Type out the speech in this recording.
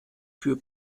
für